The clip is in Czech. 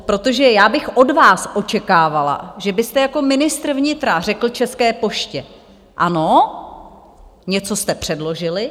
Protože já bych od vás očekávala, že byste jako ministr vnitra řekl České poště: Ano, něco jste předložili.